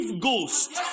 ghost